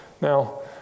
Now